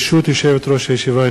ברשות יושבת-ראש הישיבה,